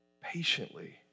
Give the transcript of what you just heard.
patiently